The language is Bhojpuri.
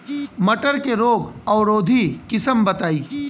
मटर के रोग अवरोधी किस्म बताई?